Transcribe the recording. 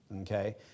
okay